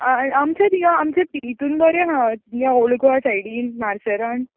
आं आमचे थिंगा इतून बरें हां ओल्ड गोवा सायडीन मार्सेलान